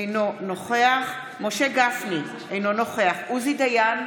אינו נוכח משה גפני, אינו נוכח עוזי דיין,